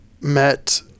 met